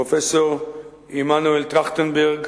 פרופסור מנואל טרכטנברג,